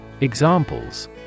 Examples